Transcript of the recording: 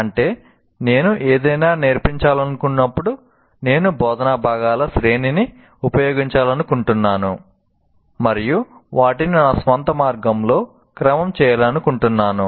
అంటే నేను ఏదైనా నేర్పించాలనుకున్నప్పుడు నేను బోధనా భాగాల శ్రేణిని ఉపయోగించాలనుకుంటున్నాను మరియు వాటిని నా స్వంత మార్గంలో క్రమం చేయాలనుకుంటున్నాను